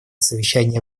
совещании